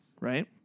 Right